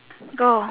go